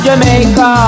Jamaica